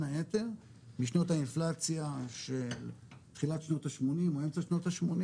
היתר משנות האינפלציה של תחילת שנות ה-80 או אמצע שנות ה-80